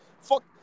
Fuck